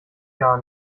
gar